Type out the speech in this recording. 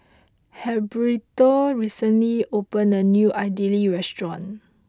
Heriberto recently opened a new Idili restaurant